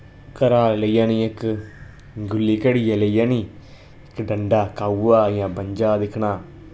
घरा लेईया निं इक गुल्ली घड़ियै लेआनी ते डंडा कवा जां बंजा दिक्खना